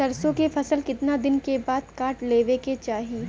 सरसो के फसल कितना दिन के बाद काट लेवे के चाही?